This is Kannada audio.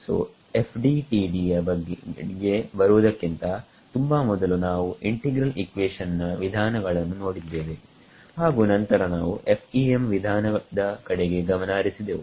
ಸೋFDTD ಗೆ ಬರುವುದಕ್ಕಿಂತ ತುಂಬಾ ಮೊದಲು ನಾವು ಇಂಟಿಗ್ರಲ್ ಇಕ್ವೇಶನ್ ನ ವಿಧಾನಗಳನ್ನು ನೋಡಿದ್ದೇವೆ ಹಾಗು ನಂತರ ನಾವು FEM ವಿಧಾನದ ಕಡೆಗೆ ಗಮನ ಹರಿಸಿದೆವು